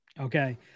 Okay